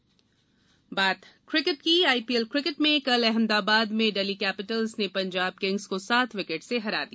IPL cricket IPL cricket में कल अहमदाबाद में दिल्ली कैपिटल्स ने पंजाब किंग्स को सात विकेट से हरा दिया